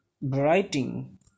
writing